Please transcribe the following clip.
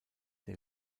der